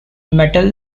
metal